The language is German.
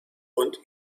und